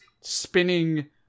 spinning